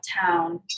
town